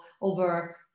over